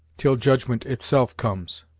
till judgment itself comes.